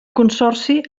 consorci